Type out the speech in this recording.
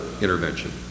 intervention